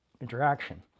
interaction